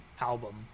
album